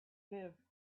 live